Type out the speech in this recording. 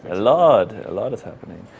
ah lot lot is happening.